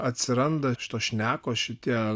atsiranda šitos šnekos šitie